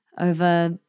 over